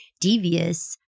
devious